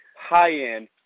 high-end